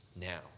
Now